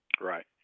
Right